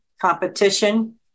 competition